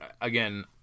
again